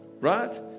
right